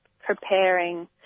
preparing